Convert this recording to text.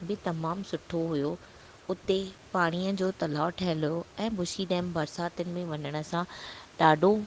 बि तमामु सुठो हुओ उते पाणीअ जो तलाउ ठहियलु हुओ ऐं बुशी डैम बरसातियुनि में वञण सां ॾाढो